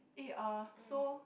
eh uh so